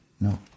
no